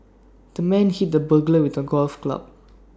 the man hit the burglar with A golf club